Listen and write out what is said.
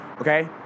Okay